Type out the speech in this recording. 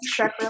Shrek